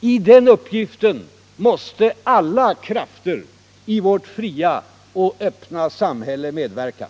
I den uppgiften måste alla krafter i vårt fria och öppna samhälle medverka.